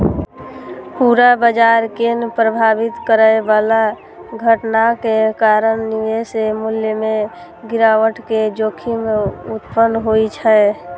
पूरा बाजार कें प्रभावित करै बला घटनाक कारण निवेश मूल्य मे गिरावट के जोखिम उत्पन्न होइ छै